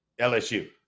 LSU